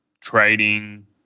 trading